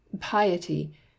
Piety